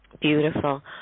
Beautiful